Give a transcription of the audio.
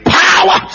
power